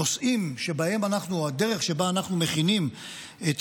הנושאים או הדרך שבה אנחנו מכינים את